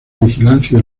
vigilancia